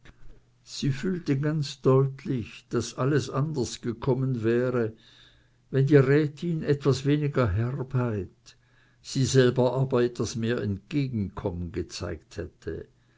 sie fühlte ganz deutlich daß alles anders gekommen wäre wenn die rätin etwas weniger herbheit sie selber aber etwas mehr entgegenkommen gezeigt hätte